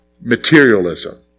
Materialism